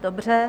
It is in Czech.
Dobře.